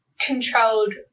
controlled